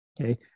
Okay